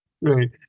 Right